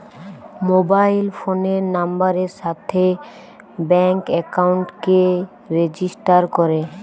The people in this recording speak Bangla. মোবাইল ফোনের নাম্বারের সাথে ব্যাঙ্ক একাউন্টকে রেজিস্টার করে